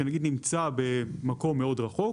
שנגיד נמצא במקום מאוד רחוק,